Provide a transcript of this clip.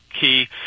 key